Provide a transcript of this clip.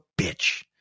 bitch